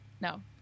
no